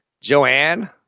Joanne